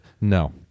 no